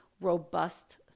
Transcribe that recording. robust